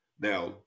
Now